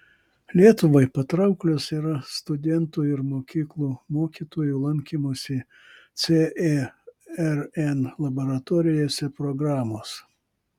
lietuvai patrauklios yra studentų ir mokyklų mokytojų lankymosi cern laboratorijose programos